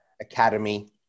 academy